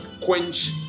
quench